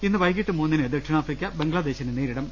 ഇന്ന് വൈകിട്ട് മൂന്നിന് ദക്ഷിണാഫ്രിക്ക ബംഗ്ലാദേശിനെ നേരിടും